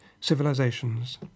civilizations